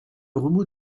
remous